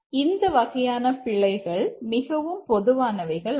இந்த வகையான பிழைகள் மிகவும் பொதுவானவைகள் ஆகும்